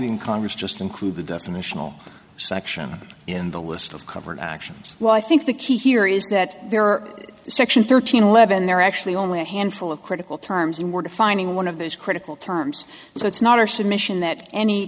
in congress just include the definitional section in the list of covered actions well i think the key here is that there are sections thirteen eleven there are actually only a handful of critical terms and we're defining one of those critical terms so it's not our submission that any